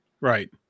Right